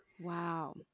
Wow